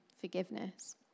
forgiveness